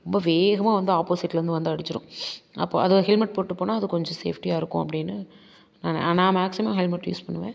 ரொம்ப வேகமாக வந்து அப்போசிட்டில இருந்து வந்து அடுச்சிரும் அப்போ அது ஒ ஹெல்மட் போட்டு போனால் அது கொஞ்சம் சேஃப்டியாக இருக்கும் அப்படின்னு ஆ நான் மேக்சிமம் ஹெல்மட் யூஸ் பண்ணுவேன்